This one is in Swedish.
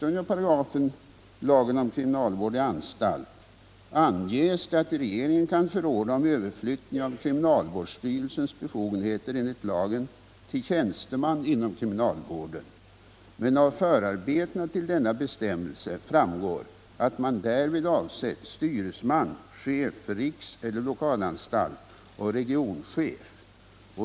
Enligt 60 § lagen om kriminalvård i anstalt kan regeringen förordna om överflyttning av kriminalvårdsstyrelsens befogenheter enligt lagen till tjänsteman inom kriminalvården, men av förarbetena till denna bestämmelse framgår att man avsett styresman, chef för riks eller lokalanstalt och regionchef.